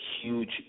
huge